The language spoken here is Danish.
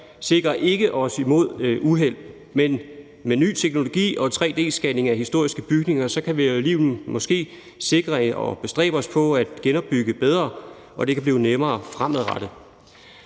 sikrer os ikke imod uheld, men med ny teknologi og tre-d-scanninger af historiske bygninger, kan vi måske alligevel sikre og bestræbe os på at genopbygge bedre, og det kan blive nemmere fremadrettet.